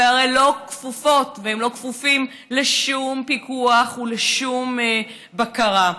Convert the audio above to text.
הרי הם לא כפופים לשום פיקוח ולשום בקרה.